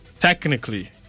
Technically